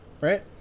right